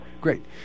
Great